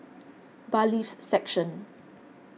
Bailiffs' Section